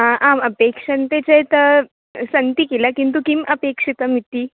आ आम् अपेक्षन्ते चेत सन्ति किल किन्तु किम् अपेक्षितमिति